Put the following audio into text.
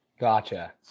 Gotcha